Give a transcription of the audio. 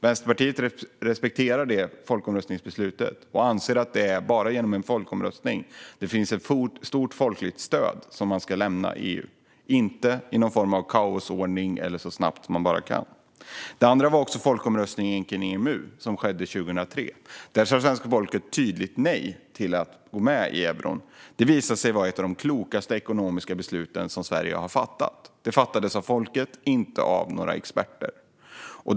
Vänsterpartiet respekterar detta folkomröstningsbeslut och anser att det bara är genom en folkomröstning där det finns ett stort folkligt stöd för att lämna EU som man ska göra det. Det ska inte göras i någon form av kaosordning eller så snabbt man bara kan. Den andra folkomröstningen gällde EMU och hölls 2003. Där sa svenska folket tydligt nej till att gå med i eurosamarbetet. Det visade sig vara ett av de klokaste ekonomiska beslut som Sverige har fattat. Det fattades av folket och inte av några experter.